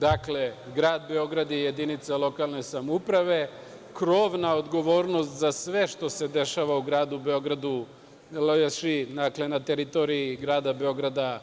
Dakle, grad Beograd je jedinica lokalne samouprave, krovna odgovornost za sve što se dešava u gradu Beogradu, na teritoriji grada Beograda